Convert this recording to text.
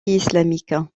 islamique